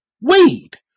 weed